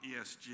ESG